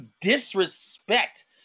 disrespect